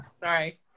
Sorry